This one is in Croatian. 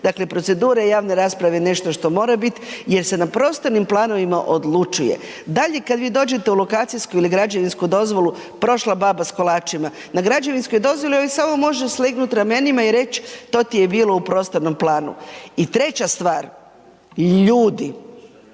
Dakle, procedure javne rasprave je nešto što mora bit jer se na prostornim planovima odlučuje. Dalje, kad vi dođete u lokacijsku ili građevinsku dozvolu, prošla baba s kolačima. Na građevinskoj dozvoli ovi može samo slegnut ramenima i reć, to ti je bilo u prostornom planu. I treća stvar, ljudi,